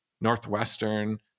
Northwestern